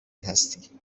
هستی